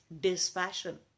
dispassion